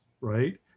right